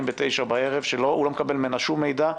בשעה 21:00 בערב והוא לא מקבל ממנה שום מידע,